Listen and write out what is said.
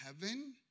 heaven